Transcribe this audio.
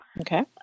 Okay